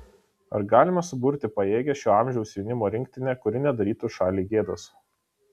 ar galime suburti pajėgią šio amžiaus jaunimo rinktinę kuri nedarytų šaliai gėdos